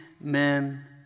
men